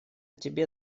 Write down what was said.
тебе